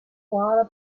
kuala